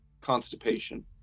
Constipation